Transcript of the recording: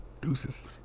deuces